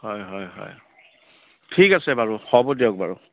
হয় হয় হয় ঠিক আছে বাৰু হ'ব দিয়ক বাৰু